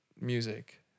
music